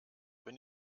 wenn